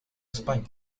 españa